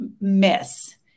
miss